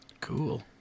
Cool